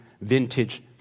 vintage